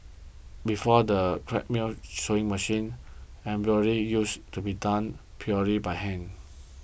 before the sewing machine embroidery used to be done purely by hand